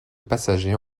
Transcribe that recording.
passagers